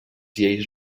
lleis